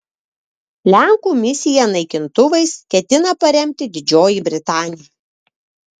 lenkų misiją naikintuvais ketina paremti didžioji britanija